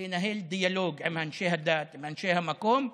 לנהל דיאלוג עם אנשי הדת, אנשי המקום,